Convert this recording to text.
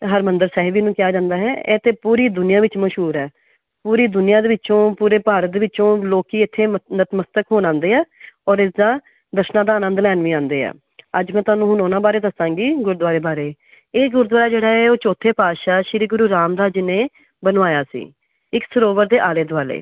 ਹਰਿਮੰਦਰ ਸਾਹਿਬ ਜਿਹਨੂੰ ਕਿਹਾ ਜਾਂਦਾ ਹੈ ਇਹ ਤਾਂ ਪੂਰੀ ਦੁਨੀਆ ਵਿੱਚ ਮਸ਼ਹੂਰ ਹੈ ਪੂਰੀ ਦੁਨੀਆ ਦੇ ਵਿੱਚੋਂ ਪੂਰੇ ਭਾਰਤ ਦੇ ਵਿੱਚੋਂ ਲੋਕੀਂ ਇੱਥੇ ਨਤਮਸਤਕ ਹੋਣ ਆਉਂਦੇ ਆ ਔਰ ਇਸਦਾ ਦਰਸ਼ਨਾ ਦਾ ਆਨੰਦ ਲੈਣ ਵੀ ਆਉਂਦੇ ਆ ਅੱਜ ਮੈਂ ਤੁਹਾਨੂੰ ਹੁਣ ਉਹਨਾਂ ਬਾਰੇ ਦੱਸਾਂਗੀ ਗੁਰਦੁਆਰੇ ਬਾਰੇ ਇਹ ਗੁਰਦੁਆਰਾ ਜਿਹੜਾ ਹੈ ਉਹ ਚੌਥੇ ਪਾਤਸ਼ਾਹ ਸ਼੍ਰੀ ਗੁਰੂ ਰਾਮਦਾਸ ਜੀ ਨੇ ਬਣਵਾਇਆ ਸੀ ਇੱਕ ਸਰੋਵਰ ਦੇ ਆਲੇ ਦੁਆਲੇ